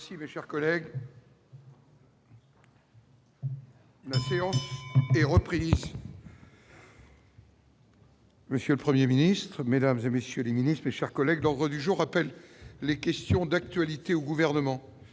Merci, mes chers collègues. Reprises. Monsieur le 1er Ministre Mesdames et messieurs les ministres, cher collègue, l'envoi du jour appelle les questions d'actualité au gouvernement,